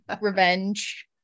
Revenge